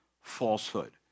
falsehood